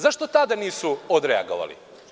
Zašto tada nisu odreagovali?